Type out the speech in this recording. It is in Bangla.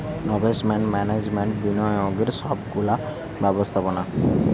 নভেস্টমেন্ট ম্যানেজমেন্ট বিনিয়োগের সব গুলা ব্যবস্থাপোনা